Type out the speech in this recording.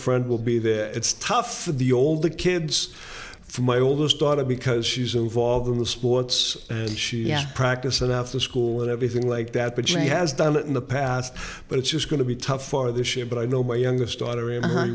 friend will be there it's tough for the older kids for my oldest daughter because she's involved in the sports and she at practice and after school and everything like that but she has done it in the past but it's just going to be tough for this year but i know my youngest daughter